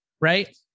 Right